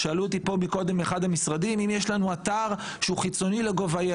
שאלו אותי פה קודם מאחד המשרדים האם יש לנו אתר שהוא חיצוני ל-gov.il.